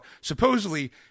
supposedly